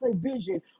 provision